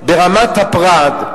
ברמת הפרט,